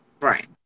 Right